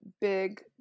big